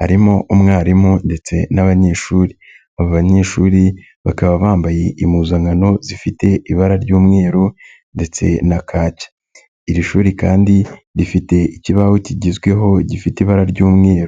harimo umwarimu ndetse n'abanyeshuri, abo banyeshuri bakaba bambaye impuzankano zifite ibara ry'umweru ndetse na kaki, iri shuri kandi rifite ikibaho kigezweho gifite ibara ry'umweru.